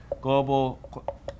Global